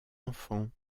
enfants